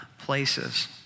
places